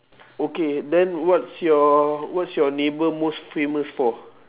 okay then what's your what's your neighbour most famous for